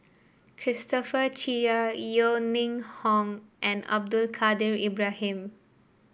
Christopher Chia Yeo Ning Hong and Abdul Kadir Ibrahim